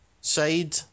side